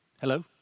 Hello